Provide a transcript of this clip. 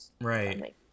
Right